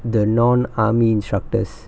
the non army instructors